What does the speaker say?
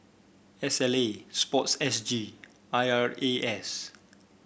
S L A sports S G I R A S